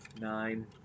nine